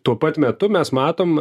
tuo pat metu mes matom